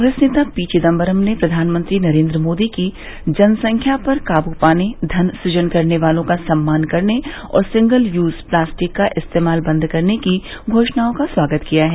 कांग्रेस नेता पी चिंदबरम ने प्रधानमंत्री नेरन्द्र मोदी की जनसंख्या पर काबू पाने धन सुजन करने वालों का सम्मान करने और सिंगल यूज प्लास्टिक का इस्तेमाल बंद करने की घोषणओं का स्वागत किया है